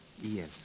yes